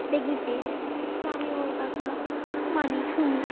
দেখবি পেয়ে যাবি তো আমি ওর কথা মানি শুনি